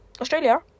Australia